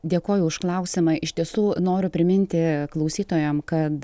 dėkoju už klausimą iš tiesų noriu priminti klausytojam kad